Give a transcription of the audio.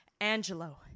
Angelo